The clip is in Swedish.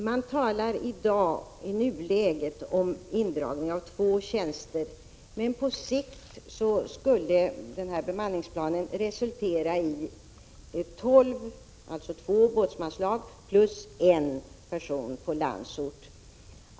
Herr talman! Man talar i nuläget om indragning av två tjänster. Men på sikt skulle bemanningsplanen resultera i en neddragning till tolv tjänster, alltså två båtsmanslag, och en tjänst på Landsort.